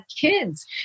kids